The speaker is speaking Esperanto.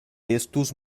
estus